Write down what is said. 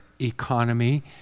economy